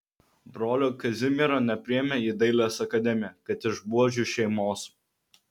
brolio kazimiero nepriėmė į dailės akademiją kad iš buožių šeimos